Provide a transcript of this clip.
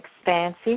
expansive